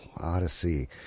Odyssey